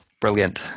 Brilliant